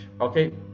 okay